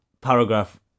paragraph